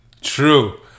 True